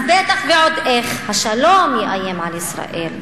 אז בטח, ועוד איך, השלום יאיים על ישראל.